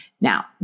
Now